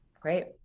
Great